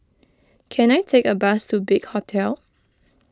can I take a bus to Big Hotel